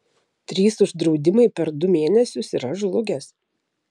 trys uždraudimai per du mėnesius ir aš žlugęs